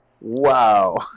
Wow